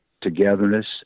togetherness